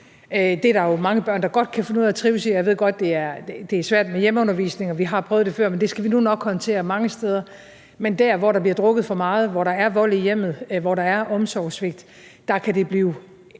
Der er jo mange børn, der godt kan finde ud af at trives med det. Jeg ved godt, at det er svært med hjemmeundervisning. Vi har prøvet det før, og det skal vi nok håndtere mange steder. Men der, hvor der bliver drukket for meget, hvor der er vold i hjemmet, og hvor der er omsorgssvigt, kan det blive